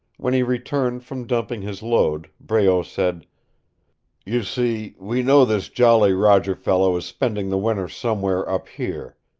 when he returned from dumping his load, breault said you see, we know this jolly roger fellow is spending the winter somewhere up here.